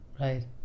right